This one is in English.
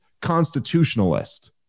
constitutionalist